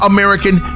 American